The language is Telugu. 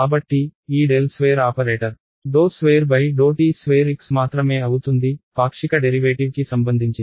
కాబట్టి ఈ ∇2 ఆపరేటర్ ∂2∂t2 x మాత్రమే అవుతుంది పాక్షిక డెరివేటివ్ కి సంబంధించిన